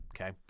Okay